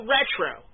Retro